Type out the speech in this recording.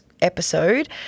episode